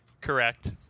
Correct